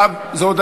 אני מבקש להתנגד.